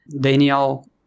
Daniel